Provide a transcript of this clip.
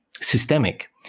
systemic